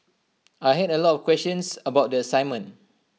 I had A lot of questions about the assignment